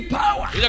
power